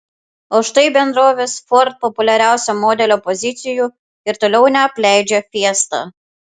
o štai bendrovės ford populiariausio modelio pozicijų ir toliau neapleidžia fiesta